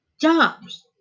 jobs